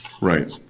Right